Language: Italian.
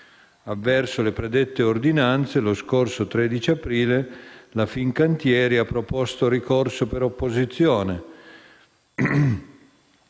Avverso le predette ordinanze, lo scorso 13 aprile, la Fincantieri SpA ha proposto ricorso per opposizione,